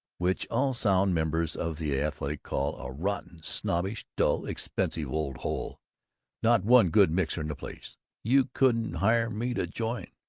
which all sound members of the athletic call a rotten, snobbish, dull, expensive old hole not one good mixer in the place you couldn't hire me to join.